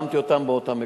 שמתי אותו באותם מקומות.